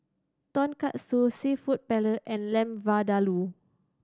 Tonkatsu Seafood Paella and Lamb Vindaloo